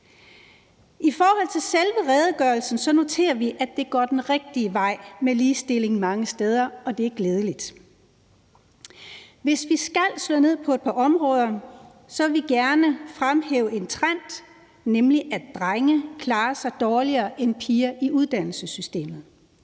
I forhold til selve redegørelsen noterer vi os, at det går den rigtige vej med ligestillingen mange steder, og det er glædeligt. Hvis vi skal slå ned på et par områder, vil vi gerne fremhæve en trend, nemlig at drenge klarer sig dårligere end piger i uddannelsessystemet,